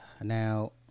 now